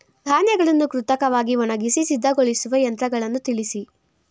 ಧಾನ್ಯಗಳನ್ನು ಕೃತಕವಾಗಿ ಒಣಗಿಸಿ ಸಿದ್ದಗೊಳಿಸುವ ಯಂತ್ರಗಳನ್ನು ತಿಳಿಸಿ?